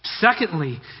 Secondly